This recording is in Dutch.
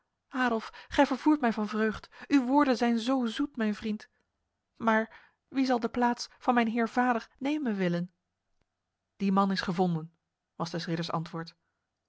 adolf gij vervoert mij van vreugd uw woorden zijn zo zoet mijn vriend maar wie zal de plaats van mijn heer vader nemen willen die man is gevonden was des ridders antwoord